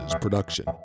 production